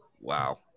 wow